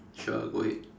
sure go ahead